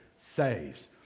saves